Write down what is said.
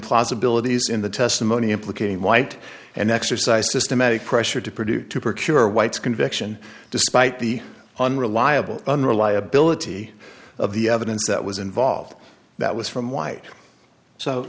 implausibilities in the testimony implicating white and exercised systematic pressure to produce to procure white's conviction despite the unreliable unreliability of the evidence that was involved that was from white so